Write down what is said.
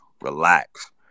Relax